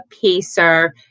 pacer